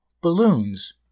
Balloons